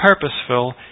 purposeful